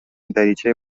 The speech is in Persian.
دریچه